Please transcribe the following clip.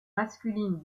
masculine